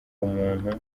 umuntu